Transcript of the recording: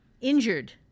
injured